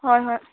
ꯍꯣꯏ ꯍꯣꯏ